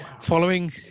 Following